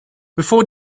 bevor